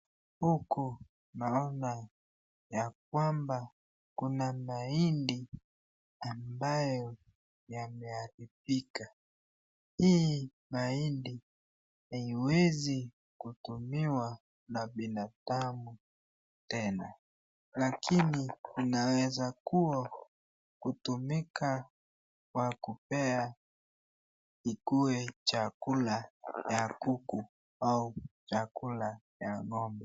Huku naona ya kwamba kuna mahindi ambayo yameharibika, hii mahindi haiwezi kutumiwa na binadamu tena lakini inaweza kua kutumika kwa kupea ikue chakula ya kuku au chakula ya ngombe.